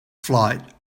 flight